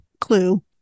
Clue